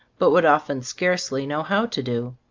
but would often scarcely know how to do.